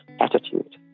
attitude